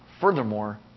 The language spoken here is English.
Furthermore